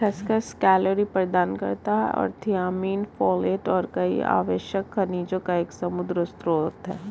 खसखस कैलोरी प्रदान करता है और थियामिन, फोलेट और कई आवश्यक खनिजों का एक समृद्ध स्रोत है